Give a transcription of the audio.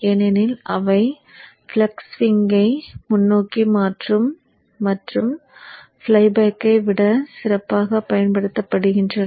ஏனெனில் அவை ஃப்ளக்ஸ் ஸ்விங்கை முன்னோக்கி மற்றும் ஃப்ளை பேக்கை விட சிறப்பாகப் பயன்படுத்துகின்றன